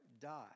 die